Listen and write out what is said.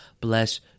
bless